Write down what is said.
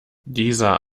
dieser